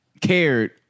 cared